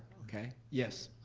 okay, yes.